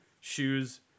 shoes